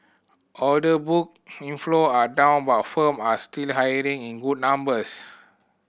order book inflow are down but firm are still hiring in good numbers